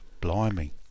Blimey